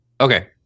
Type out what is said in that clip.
Okay